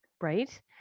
right